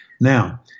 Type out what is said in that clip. Now